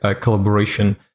collaboration